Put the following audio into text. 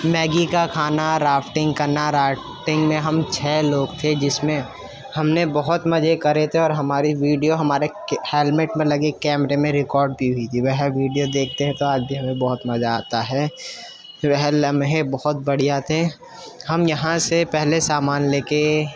Maggi کا کھانا rafting کرنا رافٹنگ میں ہم چھ لوگ تھے جس میں ہم نے بہت مزے کرے تھے اور ہماری ویڈیو ہمارے ہیلمٹ میں لگے کیمرے میں ریکارڈ بھی ہوئی تھی وہ ویڈیو دیکھتے ہیں تو آج بھی ہمیں بہت مزہ آتا ہے وہ لمحے بہت بڑھیا تھے ہم یہاں سے پہلے سامان لے کے